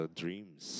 dreams